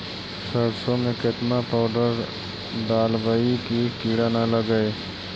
सरसों में केतना पाउडर डालबइ कि किड़ा न लगे?